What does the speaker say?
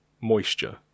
moisture